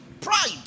Pride